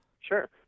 Sure